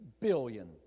billion